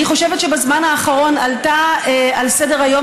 אני חושבת שבזמן האחרון עלתה על סדר-היום